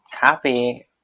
Happy